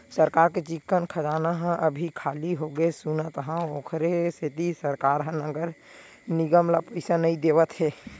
सरकार के चिक्कन खजाना ह अभी खाली होगे सुनत हँव, ओखरे सेती सरकार ह नगर निगम ल पइसा नइ देवत हे